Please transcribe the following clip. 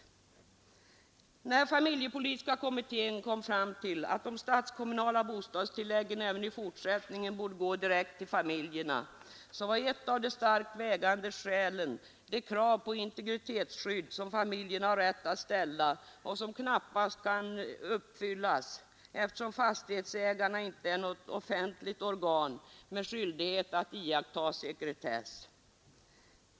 När familjepolitiska kommittén kom fram till att de statskommunala bostadstilläggen även i fortsättningen borde gå direkt till familjerna var ett av de starkt vägande skälen det krav på integritetsskydd som familjerna har rätt att ställa och som knappast annars kan uppfyllas, eftersom fastighetsägarna inte är något offentligt organ med skyldighet att iaktta sekretess.